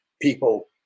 people